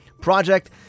project